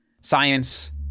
Science